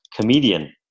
comedian